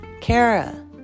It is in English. Kara